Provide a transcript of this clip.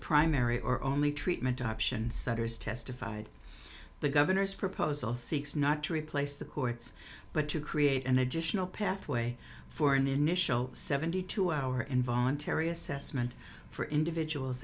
primary or only treatment option sutter's testified the governor's proposal seeks not to replace the courts but to create an additional pathway for an initial seventy two hour involuntary assessment for individuals